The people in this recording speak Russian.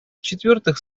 четвертых